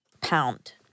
Pound